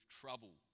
trouble